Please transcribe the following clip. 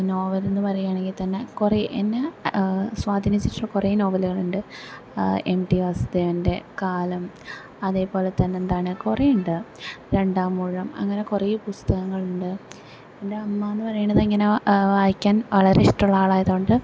നോവലെന്ന് പറയാണെങ്കിൽ തന്നെ കുറെ എന്നെ സ്വാധീനിച്ചിട്ടുള്ള കുറെ നോവലുകളുണ്ട് എം ടി വാസുദേവൻ്റെ കാലം അതെപോലെ തന്നെ എന്താണ് കുറെ ഉണ്ട് രണ്ടാംമൂഴം അങ്ങനെ കുറെ പുസ്തകങ്ങളുണ്ട് എൻ്റെ അമ്മാന്ന് പറയണത് ഇങ്ങനെ വായിക്കാൻ വളരെ ഇഷ്ട്ടമുള്ള ആളായതോണ്ട്